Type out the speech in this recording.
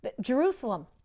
Jerusalem